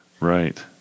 Right